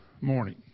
morning